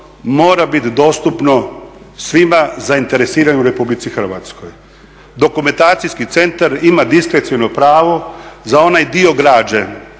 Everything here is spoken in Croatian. mora biti dostupno svima zainteresiranim u RH. Dokumentacijski centar ima diskreciono pravo za onaj dio građe